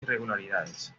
irregularidades